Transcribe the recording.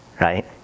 right